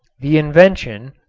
the invention,